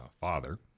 father